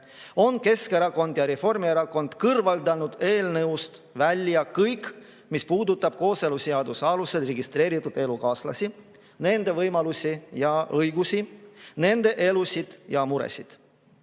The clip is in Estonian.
on Keskerakond ja Reformierakond kõrvaldanud eelnõust kõik, mis puudutab kooseluseaduse alusel registreeritud elukaaslasi, nende võimalusi ja õigusi, nende elusid ja muresid.